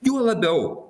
juo labiau